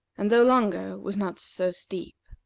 and, though longer, was not so steep.